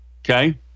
okay